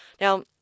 Now